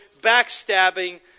backstabbing